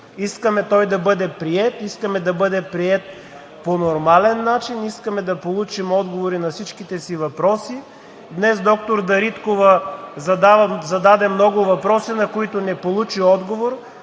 искаме той да бъде приет, искаме да бъде приет по нормален начин, искаме да получим отговори на всичките си въпроси. Днес доктор Дариткова зададе много въпроси, на които не получи отговор.